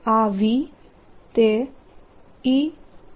આ V એ E